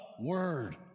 word